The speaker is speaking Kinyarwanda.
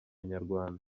nyarwanda